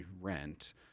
rent